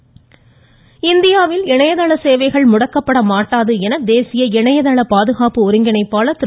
இணைதள சேவை இந்தியாவில் இணையதள சேவைகள் முடக்கப்பட மாட்டாது என சதேசிய இணையதள பாதுகாப்பு ஒருங்கிணைப்பாளர் திரு